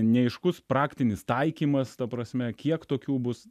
neaiškus praktinis taikymas ta prasme kiek tokių bus